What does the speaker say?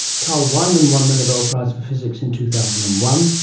carl wieman won the nobel prize for physics in two thousand and one,